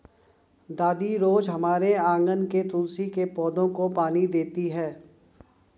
दादी रोज हमारे आँगन के तुलसी के पौधे को पानी देती हैं